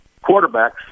quarterbacks